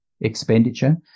expenditure